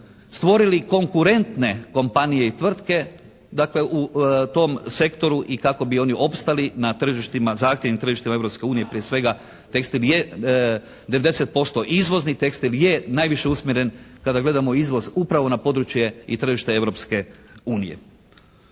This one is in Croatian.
stvorili konkurentne kompanije i tvrtke dakle u tom sektoru i kako bi oni opstali na tržištima, zahtjevnim tržištima Europske unije. Prije svega tekstil je 90% izvozni, tekstil je najviše usmjeren kada gledamo izvoz upravo na područje i tržište